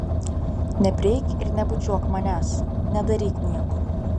neprieik ir nebučiuok manęs nedaryk nieko